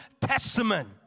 Testament